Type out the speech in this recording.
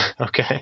okay